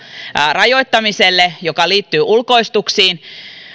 rajoittamiselle joka liittyy ulkoistuksiin